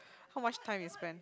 how much time you spend